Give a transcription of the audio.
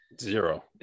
Zero